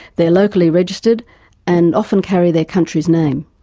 they're locally registered and often carry their country's name.